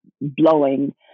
blowing